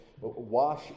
Wash